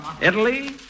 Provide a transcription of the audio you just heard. Italy